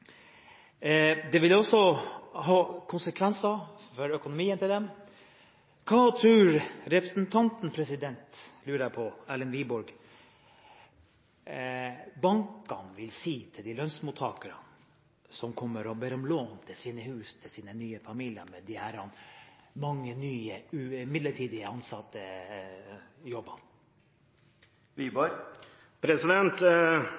Det vil også ha konsekvenser for økonomien deres. Hva tror representanten Erlend Wiborg bankene vil si til de lønnsmottakerne som kommer og ber om lån til sine hus og til sine familier, med disse mange nye midlertidige